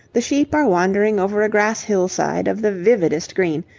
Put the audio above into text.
the sheep are wandering over a grass hillside of the vividest green,